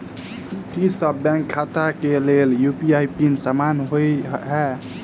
की सभ बैंक खाता केँ लेल यु.पी.आई पिन समान होइ है?